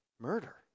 murder